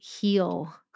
heal